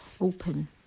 open